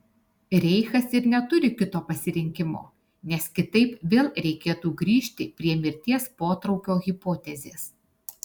reichas ir neturi kito pasirinkimo nes kitaip vėl reikėtų grįžti prie mirties potraukio hipotezės